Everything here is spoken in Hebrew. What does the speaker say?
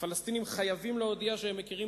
הפלסטינים חייבים להודיע שהם מכירים